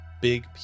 Big